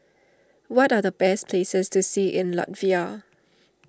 what are the best places to see in Latvia